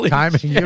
timing